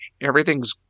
everything's